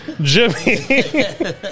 Jimmy